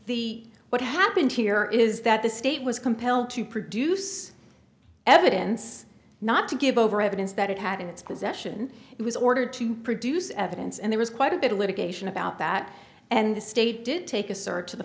the what happened here is that the state was compelled to produce evidence not to give over evidence that it had in its possession it was ordered to produce evidence and there was quite a bit of litigation about that and the state did take